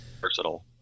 Versatile